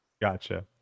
Gotcha